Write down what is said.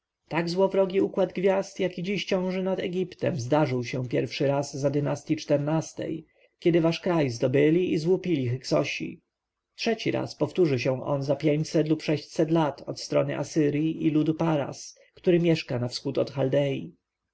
taki złowrogi układ gwiazd jaki dziś ciąży nad egiptem zdarzył się pierwszy raz za dynastji xiv-tej kiedy wasz kraj zdobyli i złupili hyksosi trzeci raz powtórzy się on za pięćset lub sześćset lat od strony asyrji i ludu paras który mieszka na wschód